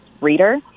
reader